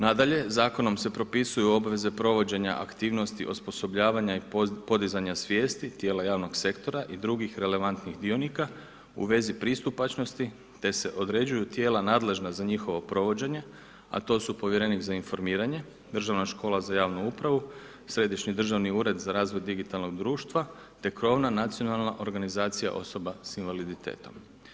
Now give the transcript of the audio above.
Nadalje, zakonom se propisuju obaveze provođenja aktivnosti osposobljavanja i podizanja svijesti, tijela javnog sektora i drugi relevantnih dionika u vezi pristupačanosti te se određuju tijela nadležna za njihovo provođenje a to su povjerenik za informiranje, Državna škola za javnu upravu, Središnji državni ured za razvoj digitalnog društva te krovna nacionalna organizacija osoba sa invaliditetom.